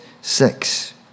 six